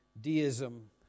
Deism